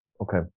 okay